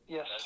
Yes